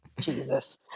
Jesus